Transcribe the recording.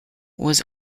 was